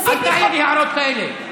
אל תעיר לי הערות כאלה.